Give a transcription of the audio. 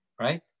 right